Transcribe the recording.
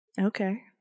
Okay